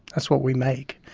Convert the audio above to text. that's what we make.